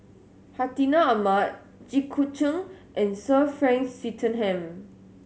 Hartinah Ahmad Jit Koon Ch'ng and Sir Frank Swettenham